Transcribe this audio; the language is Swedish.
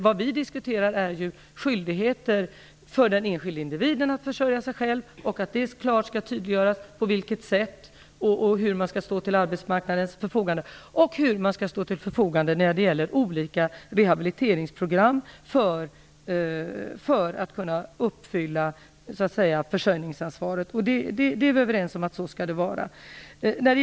Vad vi diskuterar är ju skyldigheter för den enskilde individen att försörja sig själv. Det skall klart tydliggöras på vilket sätt det skall ske, på vilket sätt man skall stå till arbetsmarknadens förfogande och hur man skall stå till förfogande när det gäller olika rehabiliteringsprogram för att kunna uppfylla försörjningsansvaret. Vi är överens om att det skall vara så.